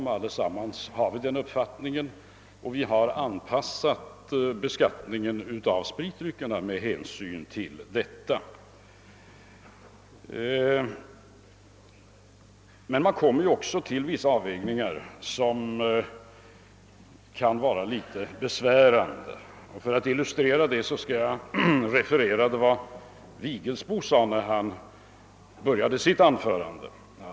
Vi har allesammans denna uppfattning, och vi har anpassat beskattningen av spritdryckerna med hänsyn härtill. Men man kommer ju inte ifrån vissa avvägningar, som kan vara ganska besvärliga, och för att illustrera detta skall jag referera vad herr Vigelsbo sade i början av sitt anförande.